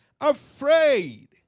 afraid